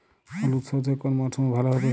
হলুদ সর্ষে কোন মরশুমে ভালো হবে?